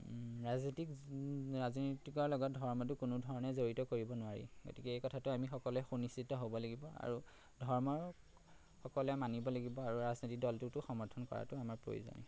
ৰাজনৈতিক ৰাজনীতিকৰ লগত ধৰ্মটো কোনো ধৰণে জড়িত কৰিব নোৱাৰি গতিকে এই কথাটো আমি সকলোৱে সুনিশ্চিত হ'ব লাগিব আৰু ধৰ্মৰ সকলোৱে মানিব লাগিব আৰু ৰাজনীতিক দলটোকো সমৰ্থন কৰাটো আমাৰ প্ৰয়োজনীয়